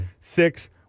six